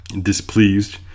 displeased